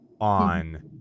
on